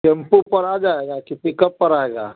tempo पर आ जाएगा कि पिक अप पर आएगा